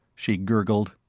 she gurgled.